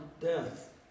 death